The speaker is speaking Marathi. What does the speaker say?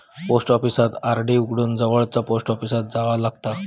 पोस्ट ऑफिसात आर.डी उघडूक जवळचा पोस्ट ऑफिसात जावा लागता